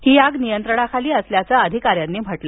ही आग नियंत्रणाखाली असल्याचं अधिकाऱ्यांनी सांगितलं